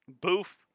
Boof